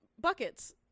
buckets